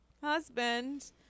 husband